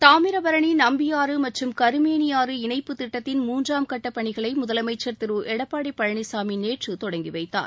தாமிரபரணி நம்பியாறு மற்றும் கருமேனியாறு இணைப்புத் திட்டத்தின் மூன்றாம் கட்டப் பணிகளை தமிழக முதலமைச்சர் திரு எடப்பாடி பழனிசாமி நேற்று தொடங்கி வைத்தார்